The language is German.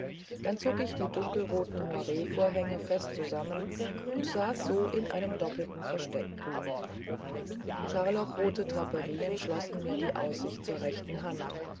dann zog ich die dunkelroten moiree vorhänge fest zusammen und saß so in einem doppelten versteck scharlachrote draperien schlossen mir die aussicht zur rechten hand